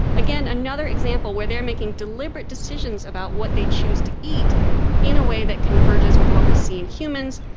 again, another example where they are making deliberate decisions about what they choose to eat in a way that converges with what we see in humans.